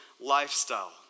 lifestyle